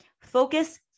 focus